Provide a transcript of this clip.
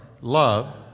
love